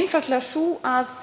einfaldlega sú að